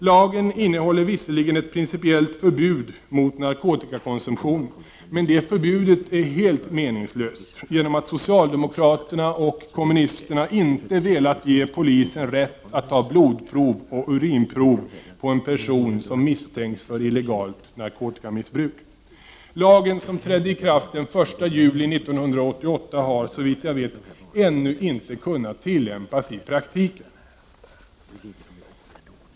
Lagen innehåller visserligen ett principiellt förbud mot narkotikakonsumtion, men det förbudet är helt meningslöst på grund av att socialdemokraterna och kommunisterna inte velat ge polisen rätt att ta blodprov och urinprov på en person som misstänks för illegalt narkotikamissbruk. Lagen, som trädde i kraft den 1 juli 1988 har, såvitt jag vet, ännu inte kunnat tillämpas i praktiken.